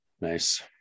nice